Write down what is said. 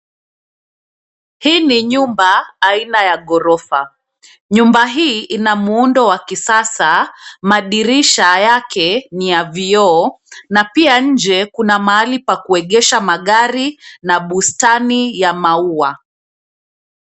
Hii ni nyumba aina ya gorofa, nyumba hii ina muundo wa kisasa madirisha yake ni ya vioo na pia nje kuna mahali pa kuegesha magari na bustani ya maua.